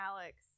Alex